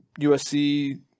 USC